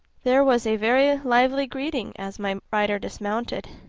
there was a very lively greeting as my rider dismounted.